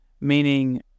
Meaning